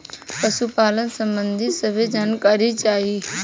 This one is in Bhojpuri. पशुपालन सबंधी सभे जानकारी चाही?